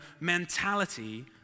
mentality